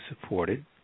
supported